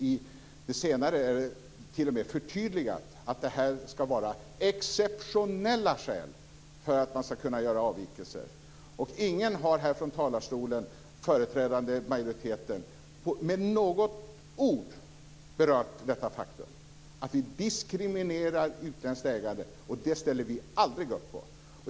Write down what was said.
I det senare är det t.o.m. förtydligat att det ska vara exceptionella skäl för att man ska kunna göra avvikelser. Ingen företrädare för majoriteten har här från talarstolen med något ord berört det faktum att vi diskriminerar utländskt ägande. Det ställer vi aldrig upp på.